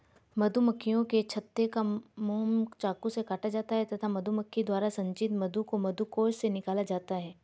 मधुमक्खियों के छत्ते का मोम चाकू से काटा जाता है तथा मधुमक्खी द्वारा संचित मधु को मधुकोश से निकाला जाता है